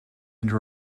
into